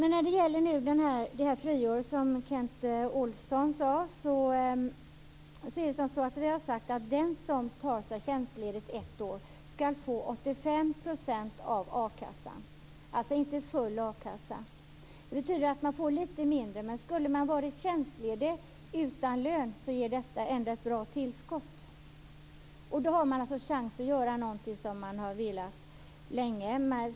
När det gäller friåret, som Kent Olsson talar om, har vi sagt att den som tar tjänstledigt ett år skall få 85 % av a-kassan, alltså inte full a-kassa. Det betyder att man får lite mindre, men skulle man ha varit tjänstledig utan lön är detta ändå ett bra tillskott. Då har man alltså chans att göra något som man har velat länge.